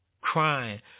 crying